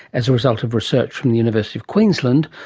as a result of research from the university of queensland,